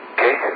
Okay